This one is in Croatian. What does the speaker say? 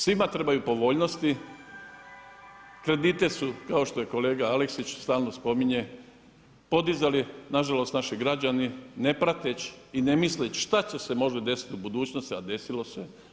Svima trebaju povoljnosti, krediti su kao što kolega Aleksić stalno spominje, podizali nažalost naši građani ne prateć i ne misleć šta se može desiti u budućnosti, a desilo se.